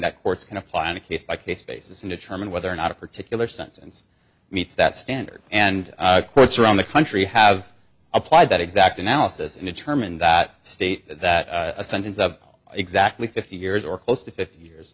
that courts can apply on a case by case basis and determine whether or not a particular sentence meets that standard and courts around the country have applied that exact analysis and determined that state that a sentence of exactly fifty years or close to fifty years